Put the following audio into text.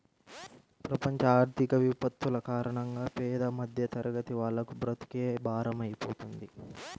ప్రపంచ ఆర్థిక విపత్తుల కారణంగా పేద మధ్యతరగతి వాళ్లకు బ్రతుకే భారమైపోతుంది